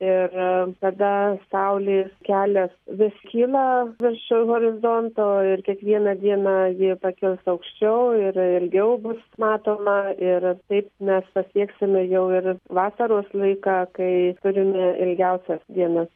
ir tada saulės kelias vis kyla virš horizonto ir kiekvieną dieną ji pakils aukščiau ir ilgiau bus matoma ir taip mes pasieksime jau ir vasaros laiką kai turime ilgiausias dienas